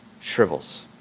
shrivels